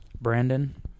Brandon